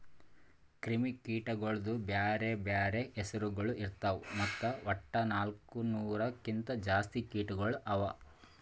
ಕ್ರಿಮಿ ಕೀಟಗೊಳ್ದು ಬ್ಯಾರೆ ಬ್ಯಾರೆ ಹೆಸುರಗೊಳ್ ಇರ್ತಾವ್ ಮತ್ತ ವಟ್ಟ ನಾಲ್ಕು ನೂರು ಕಿಂತ್ ಜಾಸ್ತಿ ಕೀಟಗೊಳ್ ಅವಾ